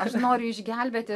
aš noriu išgelbėti